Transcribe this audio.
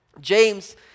james